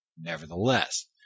Nevertheless